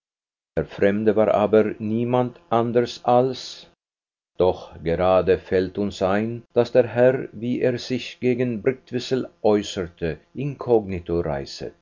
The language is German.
der fremde war aber niemand anders als doch gerade fällt uns ein daß der herr wie er sich gegen brktzwisl äußerte inkognito reiset